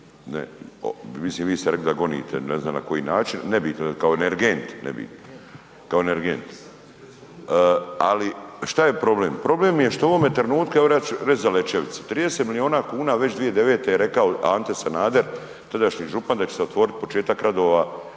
mislim vi ste rekli da gonite, ne znam na koji način, nebitno, kao energent, nebitno ali šta je problem, problem je što ovoga trenutka, evo ja ću reć za Lečevicu. 30 milijuna kuna već 2009. je rekao Ante Sanader, tadašnji župan da će se otvoriti početak radova